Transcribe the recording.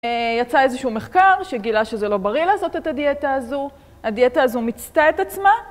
יצא איזשהו מחקר שגילה שזה לא בריא לעשות את הדיאטה הזו, הדיאטה הזו מיצתה את עצמה,